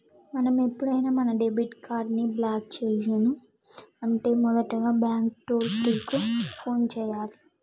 మనం ఎప్పుడైనా మన డెబిట్ కార్డ్ ని బ్లాక్ చేయను అంటే మొదటగా బ్యాంకు టోల్ ఫ్రీ కు ఫోన్ చేయాలి